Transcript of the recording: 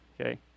okay